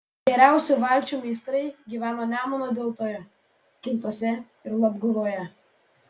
geriausi valčių meistrai gyveno nemuno deltoje kintuose ir labguvoje